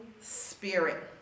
spirit